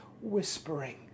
whispering